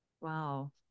Wow